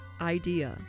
idea